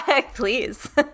please